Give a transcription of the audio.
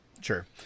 Sure